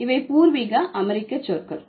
இவை பூர்வீக அமெரிக்க சொற்கள்